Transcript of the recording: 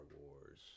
Wars